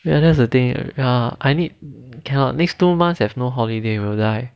ya that's the thing ya I need count next two months have no holiday will die